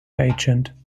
agent